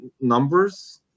numbers